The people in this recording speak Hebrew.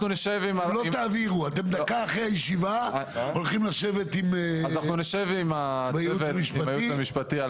דקה אחרי הישיבה אתם תשבו עם הייעוץ המשפטי.